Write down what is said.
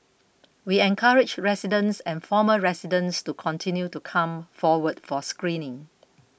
we encourage residents and former residents to continue to come forward for screening